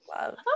Love